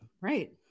Right